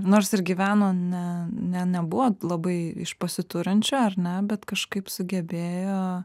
nors gyveno ne ne nebuvo labai iš pasiturinčių ar ne bet kažkaip sugebėjo